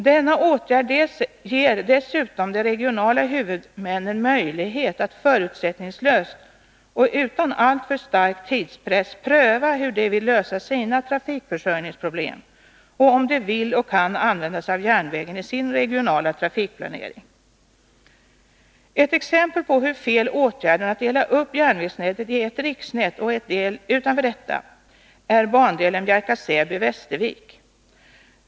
Denna åtgärd ger dessutom de regionala huvudmännen möjlighet att förutsättningslöst och utan alltför stark tidspress pröva hur de vill lösa sina trafikförsörjningsproblem och om de vill och kan använda sig av järnvägen i sin regionala trafikplanering. Ett exempel på hur fel åtgärden att dela upp järnvägsnätet i ett riksnät och en del utanför detta är bandelen Bjärka/Säby-Västervik.